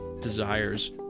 desires